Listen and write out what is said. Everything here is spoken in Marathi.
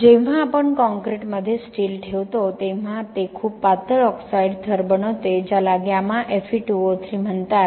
जेव्हा आपण कॉंक्रिटमध्ये स्टील ठेवतो तेव्हा ते खूप पातळ ऑक्साईड थर बनवते ज्याला गॅमा Fe2O3 म्हणतात